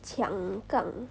抢杠